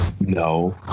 No